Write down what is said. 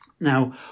Now